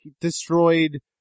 destroyed